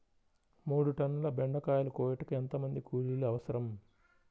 మూడు టన్నుల బెండకాయలు కోయుటకు ఎంత మంది కూలీలు అవసరం?